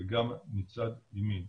וגם מצד ימין.